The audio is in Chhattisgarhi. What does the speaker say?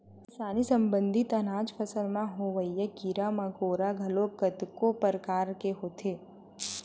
किसानी संबंधित अनाज फसल म होवइया कीरा मकोरा घलोक कतको परकार के होथे